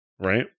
right